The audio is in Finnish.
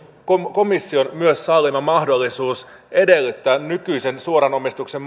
komission sallima mahdollisuus edellyttää nykyistä suoran omistuksen